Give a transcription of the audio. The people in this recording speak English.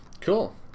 Cool